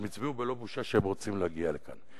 הם הצביעו בלא בושה שהם רוצים להגיע לכאן.